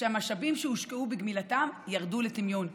ושהמשאבים שהושקעו בגמילתם ירדו לטמיון.